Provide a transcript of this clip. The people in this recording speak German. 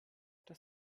das